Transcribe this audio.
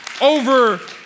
over